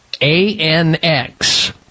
ANX